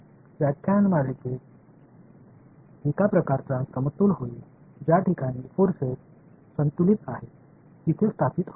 व्याख्यानमालेत एक प्रकारचा समतोल होईल ज्या ठिकाणी फोर्सेस संतुलित आहेत तिथे स्थापित होतील